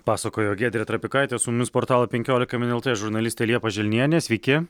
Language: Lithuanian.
pasakojo giedrė trapikaitė su mumis portalo penkiolika min lt žurnalistė liepa želnienė sveiki